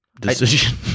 decision